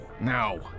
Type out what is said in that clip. now